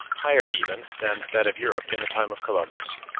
higher even than that of europe in the time of columbus,